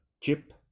chip